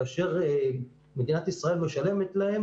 כאשר מדינת ישראל משלמת להם,